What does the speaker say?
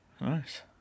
Nice